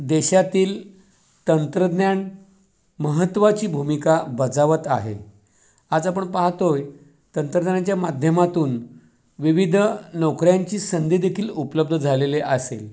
देशातील तंत्रज्ञान महत्त्वाची भूमिका बजावत आहे आज आपण पाहतोय तंत्रज्ञानाच्या माध्यमातून विविध नोकऱ्यांची संधीदेखील उपलब्ध झालेली असेल